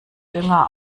dünger